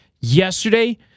Yesterday